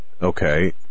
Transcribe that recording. Okay